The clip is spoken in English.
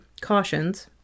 cautions